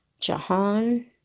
Jahan